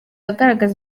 agaragaza